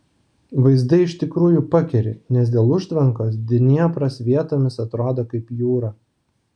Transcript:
vaizdai iš tikrųjų pakeri nes dėl užtvankos dniepras vietomis atrodo kaip jūra